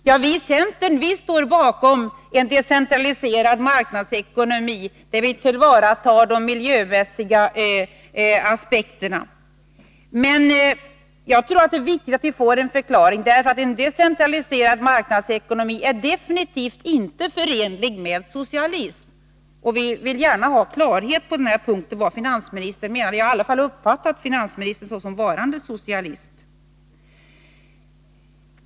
Vi i centern står bakom en decentraliserad marknadsekonomi, där vi tillvaratar de sociala och miljömässiga aspekterna. Jag tror att det är viktigt att vi här får en förklaring, för en decentraliserad marknadsekonomi är definitivt inte förenlig med socialism. Vi vill gärna ha klarhet i vad finansministern menar med detta. Jag har i alla fall uppfattat finansministern så som varande socialist.